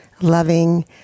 loving